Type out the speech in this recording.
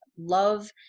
love